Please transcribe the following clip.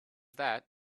that